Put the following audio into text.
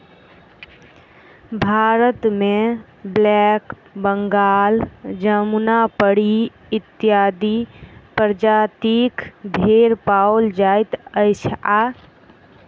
भारतमे ब्लैक बंगाल, जमुनापरी इत्यादि प्रजातिक भेंड़ पाओल जाइत अछि आ